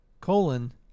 colon